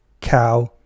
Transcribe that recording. cow